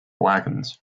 wagons